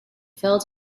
filled